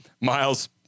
miles